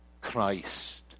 Christ